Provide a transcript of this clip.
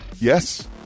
Yes